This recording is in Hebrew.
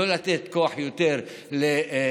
לא לתת כוח יותר לשלטונות,